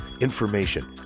information